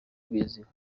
abiziho